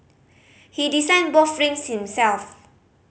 he designed both rings himself